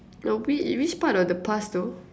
no which which part of the past though